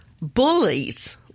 bullies